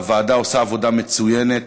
הוועדה עושה עבודה מצוינת.